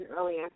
earlier